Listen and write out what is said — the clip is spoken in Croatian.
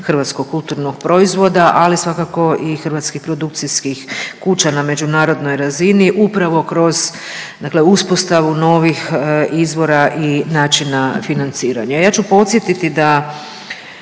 hrvatskog kulturnog proizvoda ali svakako i hrvatskih produkcijskih kuća na međunarodnoj razini upravo kroz dakle uspostavu novih izvora i načina financiranja. Ja ću podsjetiti da